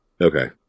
Okay